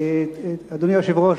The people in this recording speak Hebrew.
אדוני היושב-ראש,